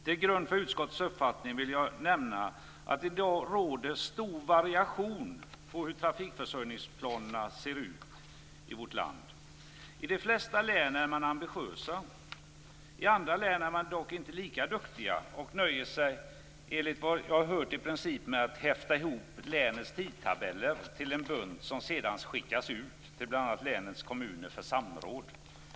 Till grund för utskottets uppfattning vill jag nämna att det i dag råder stor variation på hur trafikförsörjningsplanerna ser ut. I de flesta län är man ambitiös. I andra län är man dock inte lika duktig och nöjer sig enligt vad jag har hört i princip med att häfta ihop länets tidtabeller till en bunt som sedan skickas ut till bl.a. länets kommuner för samråd.